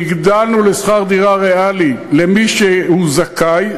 והגדלנו לשכר-דירה ריאלי למי שזכאי.